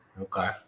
Okay